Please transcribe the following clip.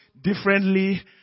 differently